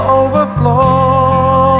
overflow